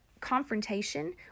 confrontation